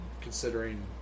considering